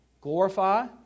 Glorify